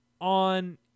on